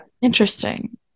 interesting